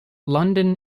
london